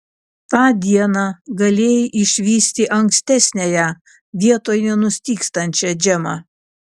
tą dieną galėjai išvysti ankstesniąją vietoj nenustygstančią džemą